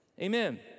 Amen